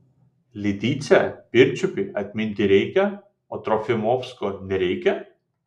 lidicę pirčiupį atminti reikia o trofimovsko nereikia